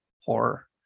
horror